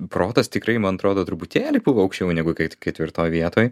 protas tikrai man atrodo truputėlį buvo aukščiau negu ketvirtoj vietoj